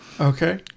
okay